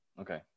Okay